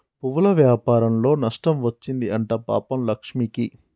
పువ్వుల వ్యాపారంలో నష్టం వచ్చింది అంట పాపం లక్ష్మికి